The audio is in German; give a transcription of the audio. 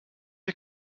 ihr